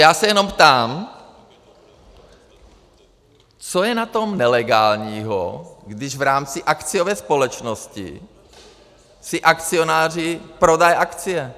Já se jenom ptám, co je na tom nelegálního, když v rámci akciové společnosti si akcionáři prodají akcie.